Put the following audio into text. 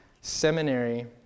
Seminary